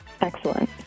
excellent